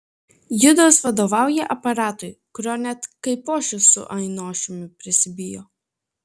judas vadovauja aparatui kurio net kaipošius su ainošiumi prisibijo